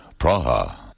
Praha